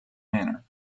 manner